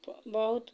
ବହୁତ